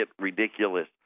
ridiculous